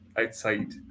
outside